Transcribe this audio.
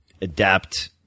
adapt